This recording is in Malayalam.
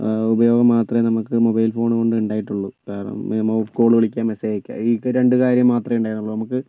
ഉപയോഗം മാത്രമേ നമുക്ക് മൊബൈൽ ഫോണുകൊണ്ട് ഉണ്ടായിട്ടുള്ളൂ കാരണം കോൾ വിളിക്കുക മെസ്സേജ് അയക്കുക ഇത് രണ്ട് കാര്യം മാത്രമേ ഉണ്ടായിരുന്നുള്ളു നമുക്ക്